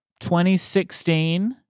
2016